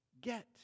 get